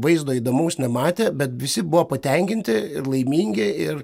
vaizdo įdomaus nematė bet visi buvo patenkinti ir laimingi ir